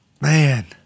Man